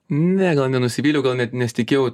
ne gal nenusivyliau gal net nesitikėjau